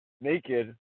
naked